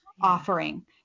offering